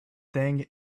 thing